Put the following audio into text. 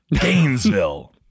Gainesville